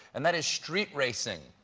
and that is street racing.